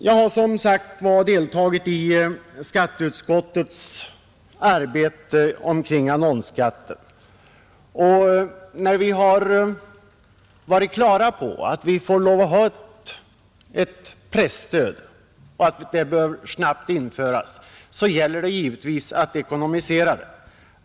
Jag har deltagit i skatteutskottets arbete kring annonsskatten. När vi blivit klara över att vi får lov att ha ett presstöd och att det bör införas snart, så gäller det givetvis att ekonomisera det.